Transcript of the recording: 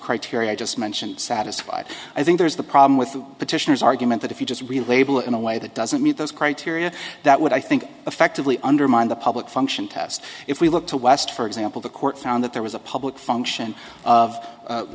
criteria i just mentioned satisfied i think there's the problem with the petitioners argument that if you just relabel in a way that doesn't meet those criteria that would i think effectively undermine the public function test if we look to west for example the court found that there was a public function of